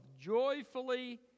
Joyfully